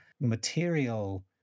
material